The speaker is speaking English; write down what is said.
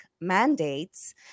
mandates